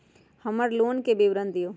हमर लोन के विवरण दिउ